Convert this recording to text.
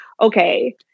Okay